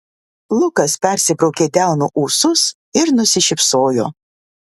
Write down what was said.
lukas persibraukė delnu ūsus ir nusišypsojo